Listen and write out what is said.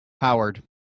Howard